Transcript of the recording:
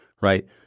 right